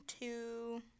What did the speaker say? two